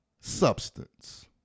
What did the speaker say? substance